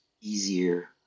easier